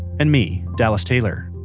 and me, dallas taylor.